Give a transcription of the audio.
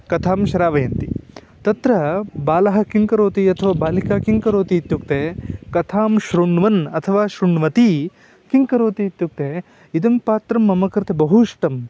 कथां श्रावयन्ति तत्र बालः किं करोति यथा बालिका किं करोति इत्युक्ते कथां श्रुण्वन् अथवा श्रुण्वन्ती किं करोति इत्युक्ते इदं पात्रं मम कृते बहु इष्टम्